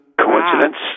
Coincidence